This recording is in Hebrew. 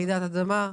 רעידת אדמה.